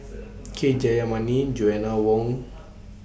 K Jayamani Joanna Wong